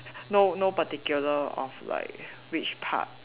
no no particular of like which part